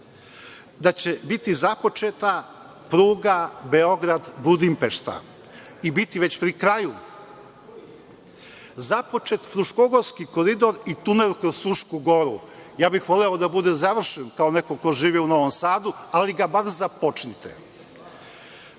da će biti započeta pruga Beograd-Budimpešta i biti već pri kraju; započet Fruškogorski koridor i tunel kroz Frušku Goru. Ja bih voleo da bude završen, kao neko ko živi u Novom Sadu, ali ga bar započnite. Isto